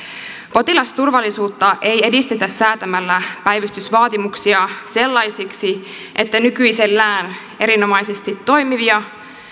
potilasturvallisuutta ei edistetä säätämällä päivystysvaatimuksia sellaisiksi että nykyisellään erinomaisesti toimivia